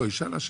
לא יודע.